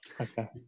okay